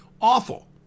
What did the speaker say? Awful